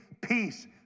peace